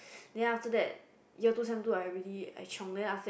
then after that year two sem two I really I chiong then after that